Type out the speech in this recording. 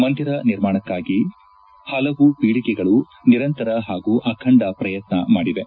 ಮಂದಿರ ನಿರ್ಮಾಣಕ್ಕಾಗಿ ಹಲವು ಪೀಳಿಗೆಗಳು ನಿರಂತರ ಹಾಗೂ ಅಖಂಡ ಪ್ರಯತ್ನ ಮಾಡಿವೆ